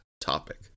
topic